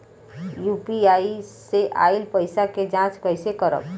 UPI से आइल पईसा के जाँच कइसे करब?